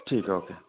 ठीक है ओके